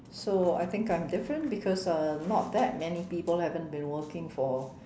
so I think I'm different because uh not that many people haven't been working for